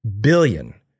billion